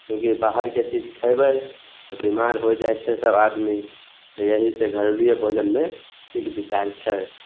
कोइ भी बाहरके चीज खयबै तऽ बिमाड़ होइ जाइ छै सब आदमी तऽ एहि से घरेलुए भोजनमे ठीक बिचार छै